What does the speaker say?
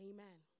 Amen